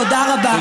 תודה רבה.